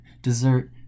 Dessert